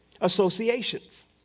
associations